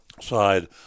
side